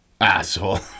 asshole